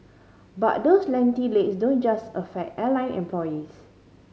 but those lengthy legs don't just affect airline employees